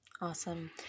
Awesome